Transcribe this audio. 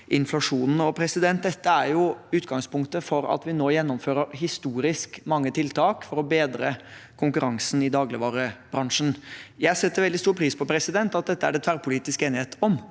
inflasjonen. Dette er utgangspunktet for at vi nå gjennomfører historisk mange tiltak for å bedre konkurransen i dagligvarebransjen. Jeg setter veldig stor pris på at det er tverrpolitisk enighet om